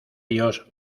ellos